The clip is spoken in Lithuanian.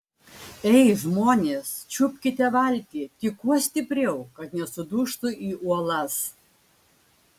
ei žmonės čiupkite valtį tik kuo stipriau kad nesudužtų į uolas